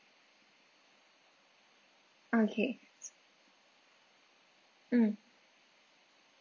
okay mm